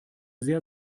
sehr